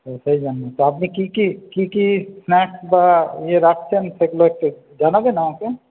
তো সেই জন্য তো আপনি কী কী কী কী স্ন্যাক্স বা ইয়ে রাখছেন সেগুলো একটু জানাবেন আমাকে